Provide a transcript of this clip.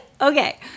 Okay